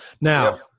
Now